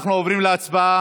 אנחנו עוברים להצבעה.